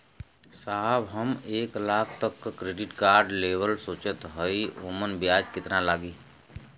साहब हम एक लाख तक क क्रेडिट कार्ड लेवल सोचत हई ओमन ब्याज कितना लागि?